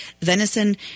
Venison